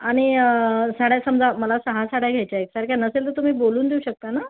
आणि साड्या समजा मला सहा साड्या घ्यायच्या आहे एकसारख्या नसेल तर तुम्ही बोलून देऊ शकता ना